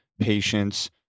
patience